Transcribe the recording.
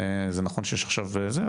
זה נכון שיש עכשיו זה,